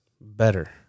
better